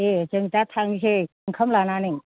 दे जों दा थांनोसै ओंखाम लानानै